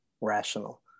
rational